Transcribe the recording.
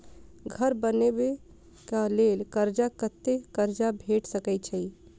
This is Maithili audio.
घर बनबे कऽ लेल कर्जा कत्ते कर्जा भेट सकय छई?